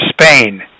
Spain